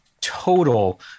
total